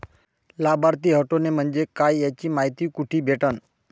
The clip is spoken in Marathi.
लाभार्थी हटोने म्हंजे काय याची मायती कुठी भेटन?